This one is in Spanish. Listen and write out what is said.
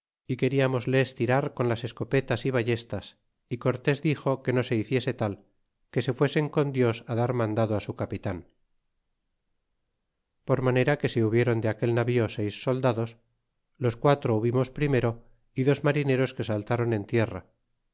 y queriamosles tirar con las escopetas y ballestas y cortes dixo que no se hiciese tal que se fuesen con dios dar mandado su capitan por manera que se hubieron de aquel navío seis soldados los quatro hubimos primero y dos marineros que saltron en tierra